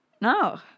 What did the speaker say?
no